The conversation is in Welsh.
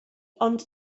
ond